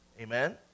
Amen